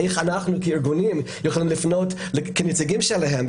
איך אנחנו כארגונים יכולים לפנות כנציגים שלהם?